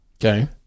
Okay